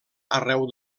arreu